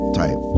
type